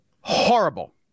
horrible